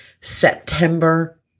September